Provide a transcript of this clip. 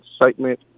excitement